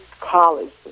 college